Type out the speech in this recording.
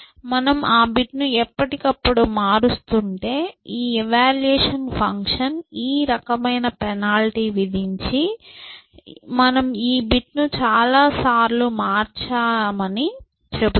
మీరు ఆ బిట్ను ఎప్పటికప్పుడు మారుస్తుంటే ఈ ఎవాల్యూయేషన్ ఫంక్షన్ ఈ రకమైన పెనాల్టీ విధించి మీరు ఈ బిట్ను చాలాసార్లు మార్చారని చెబుతుంది